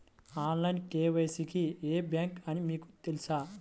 Online KYC కి ఏ bank అని మీకు తెలుసా?